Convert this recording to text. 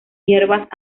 hierbas